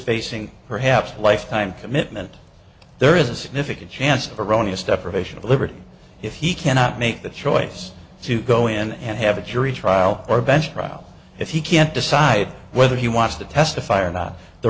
facing perhaps a lifetime commitment there is a significant chance of erroneous deprivation of liberty if he cannot make that choice to go in and have a jury trial or a bench trial if he can't decide whether he wants to testify or not the